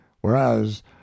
whereas